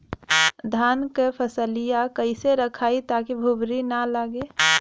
धान क फसलिया कईसे रखाई ताकि भुवरी न लगे?